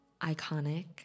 iconic